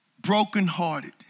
brokenhearted